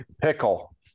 pickle